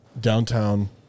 downtown